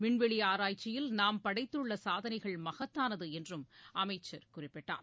விண்வெளி ஆராய்ச்சியில் நாம் படைத்துள்ள சாதனைகள் மகத்தானது என்றும் அமைச்சர் குறிப்பிட்டார்